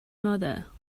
mother